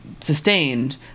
sustained